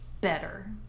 better